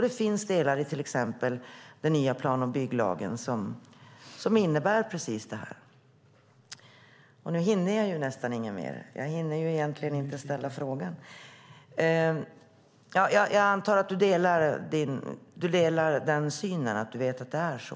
Det finns delar i till exempel den nya plan och bygglagen som innebär precis detta. Nu hinner jag nästan inte säga något mer. Jag hinner egentligen inte ställa frågan. Jag antar att du delar den synen och vet att det är så.